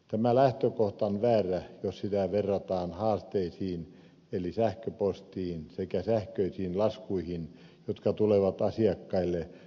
tämä lähtökohta on väärä jos sitä verrataan haasteisiin eli sähköpostiin sekä sähköisiin laskuihin jotka tulevat asiakkaille napin painalluksella